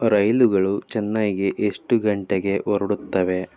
ರೈಲುಗಳು ಚೆನ್ನೈಗೆ ಎಷ್ಟು ಗಂಟೆಗೆ ಹೊರಡುತ್ತವೆ